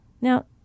Now